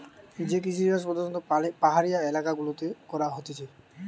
যে কৃষিকাজ প্রধাণত পাহাড়ি এলাকা গুলাতে করা হতিছে